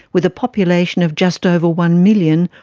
with a population of just over one million,